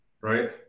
right